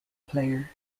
player